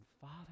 Father